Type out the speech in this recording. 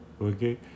okay